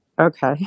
okay